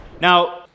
now